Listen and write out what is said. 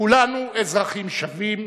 כולנו אזרחים שווים,